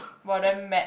!wah! damn mad